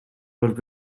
were